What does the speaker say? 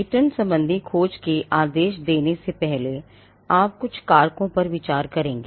patent संबंधी खोज के आदेश देने से पहले आप कुछ कारकों पर विचार करेंगे